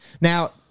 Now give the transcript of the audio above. Now